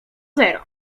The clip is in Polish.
zero